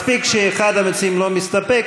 מספיק שאחד המציעים לא מסתפק,